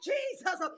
Jesus